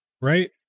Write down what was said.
right